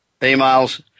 emails